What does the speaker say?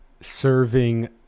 serving